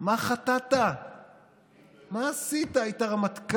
אתה זוכר מה הוא עשה לו בשנה שעברה?